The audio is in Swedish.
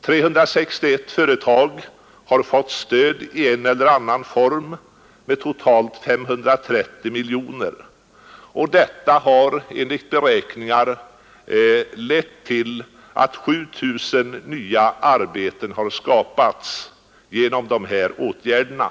361 företag har fått stöd i en eller annan form med totalt 530 miljoner kronor, och detta har enligt beräkningar lett till att 7 000 nya arbeten har skapats genom de vidtagna åtgärderna.